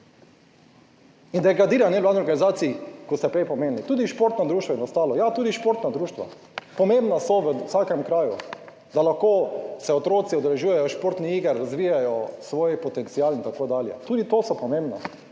in degradira nevladnih organizacij, kot ste prej omenili. Tudi športno društvo je nastalo. Ja, tudi športna društva, pomembna so v vsakem kraju, da lahko se otroci udeležujejo športnih iger, razvijajo svoj potencial in tako dalje. Tudi to so pomembna,